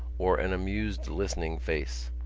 wore an amused listening face.